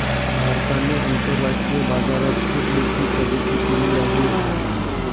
भारताने आंतरराष्ट्रीय बाजारात खुप मोठी प्रगती केली आहे